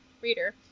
reader